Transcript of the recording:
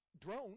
drone